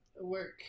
work